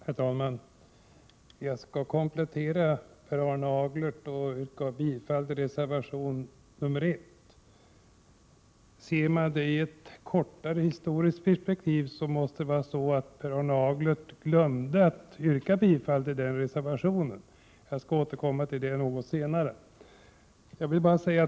Herr talman! Jag skall komplettera Per Arne Aglerts yrkande och yrka bifall till reservation 1. Sett i ett kortare historiskt perspektiv måste det vara så att Per Arne Aglert glömde att yrka bifall till den reservationen. Jag skall återkomma till det något senare.